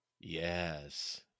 Yes